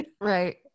Right